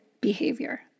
behavior